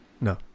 no